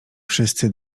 wszyscy